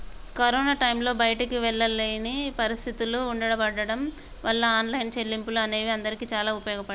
corona టైంలో బయటికి వెళ్ళలేని పరిస్థితులు ఉండబడ్డం వాళ్ళ ఆన్లైన్ చెల్లింపులు అనేవి అందరికీ చాలా ఉపయోగపడ్డాయి